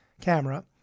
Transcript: camera